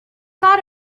thought